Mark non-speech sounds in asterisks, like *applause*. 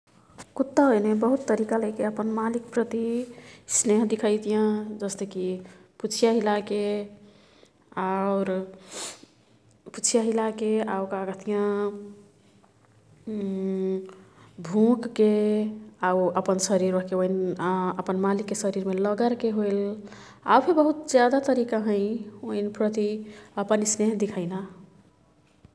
कुत्ता ओइने बहुत तरिका लैके अपन मालिक प्रति स्नेह दिखैतियाँ। जस्तेकी पुछिय हिलाके आउर *noise* पुछिय हिलाके आऊ का कह्तियाँ *hesitation* भुकके। आऊ अपन सरिर ओह्के ओईन *hesitation* अपन मालिक के सरिर मे लगरके होइल। आउफे बहुत ज्यादा तरिका हैं ओईन प्रति अपन स्नेह दिखैना।